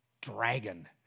dragon